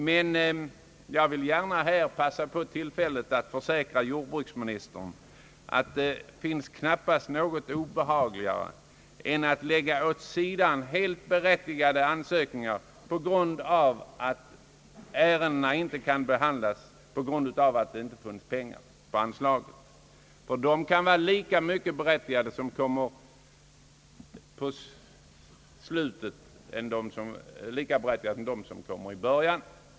Men jag vill gärna passa på tillfället att försäkra jordbruksministern att det knappast finns något mera obehagligt än att behöva lägga åt sidan helt berättigade ansökningar på grund av att ärendena inte kan behandlas av den orsaken att det inte finns pengar på anslaget. De ansökningar som kommer på slutet kan vara lika berättigade som de som kommer i början.